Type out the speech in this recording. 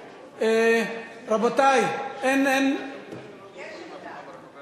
רבותי, אין, יש עמדה.